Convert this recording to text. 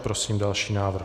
Prosím další návrh.